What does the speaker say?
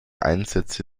einsätze